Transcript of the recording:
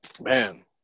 man